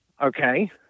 Okay